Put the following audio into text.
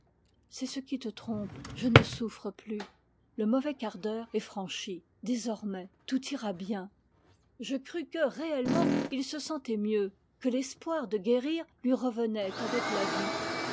c'est ce qui te trompe je ne souffre plus le mauvais quart d'heure est franchi désormais tout ira bien je crus que réellement il se sentait mieux que l'espoir de guérir lui revenait avec la vie